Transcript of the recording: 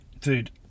dude